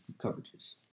coverages